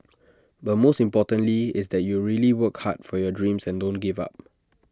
but most importantly is that you really work hard for your dreams and don't give up